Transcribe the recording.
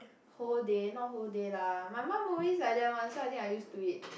whole day not whole day lah my mum always like that one so I think I used to it